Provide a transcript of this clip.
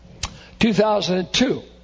2002